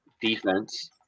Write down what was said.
Defense